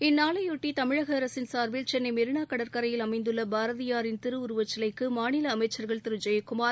இந்நாளையொட்டி தமிழக அரசின் சார்பில் சென்னை மெரினா கடற்கரையில் அமைந்துள்ள பாரதியின் திருஉருவச் சிலைக்கு மாநில அமைச்சர்கள் திரு ஜெயக்குமார்